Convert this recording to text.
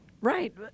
Right